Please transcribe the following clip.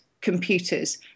computers